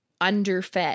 underfed